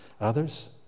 Others